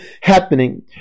happening